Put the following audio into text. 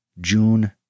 June